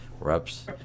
reps